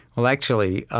well, actually, ah